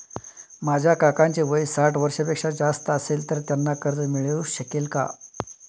माझ्या काकांचे वय साठ वर्षांपेक्षा जास्त असेल तर त्यांना कर्ज मिळू शकेल का?